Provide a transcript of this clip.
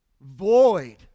void